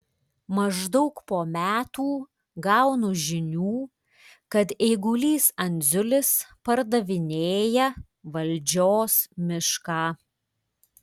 maždaug po metų gaunu žinių kad eigulys andziulis pardavinėja valdžios mišką